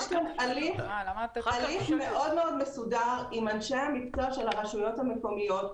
יש הליך מאוד מסודר עם אנשי המקצוע של הרשויות המקומיות.